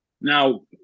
Now